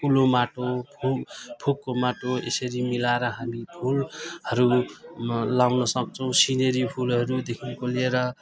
खकुलो माटो फु फुको माटो यसरी मिलाएर हामी फुलहरू लाउन सक्छौँ सिनेरी फुलहरूदेखिन्को लिएर